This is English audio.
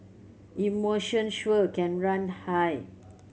emotions sure can run high